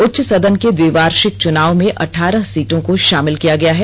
उच्च सदन के द्विवार्षिक चुनाव में अठारह सीटों को शामिल किया गया है